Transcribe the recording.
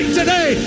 today